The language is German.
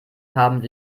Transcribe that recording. haben